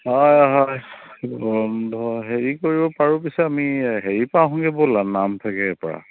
হয় হয় বন্ধ হেৰি কৰিব পাৰোঁ পিছে আমি হেৰিৰপৰা আহোঁগৈ ব'লা নামফাকেৰপৰা